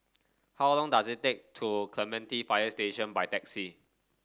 how long does it take to Clementi Fire Station by taxi